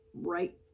Right